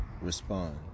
respond